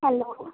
hello